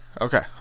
Okay